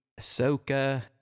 Ahsoka